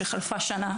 שחלפה שנה,